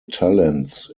talents